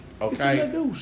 Okay